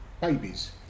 babies